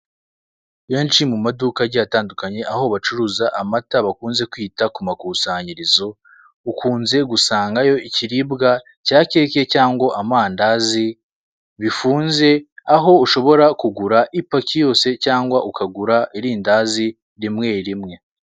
Benshi mu maduka agiye atandukanye aho bacuruza amata bakunze kwita ku makusanyirizo, ukunze gusangayo ikiribwa cya cake cyangwa amandazi bifunze aho ushobora kugura ipaki yose cyangwa ukagura irindazi rimwe rimwe.